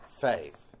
faith